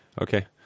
Okay